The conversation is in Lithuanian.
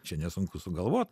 čia nesunku sugalvot